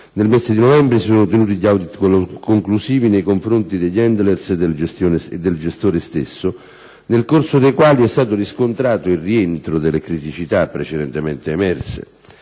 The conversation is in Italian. Nel mese di novembre si sono tenuti gli *audit* conclusivi nei confronti degli *handler* e del gestore stesso, nel corso dei quali è stato riscontrato il rientro dalle criticità precedentemente emerse.